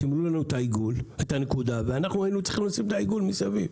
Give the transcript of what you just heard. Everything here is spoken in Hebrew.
סימנו לנו את הנקודה ואנחנו היינו צריכים לשים את העיגול מסביב.